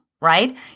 right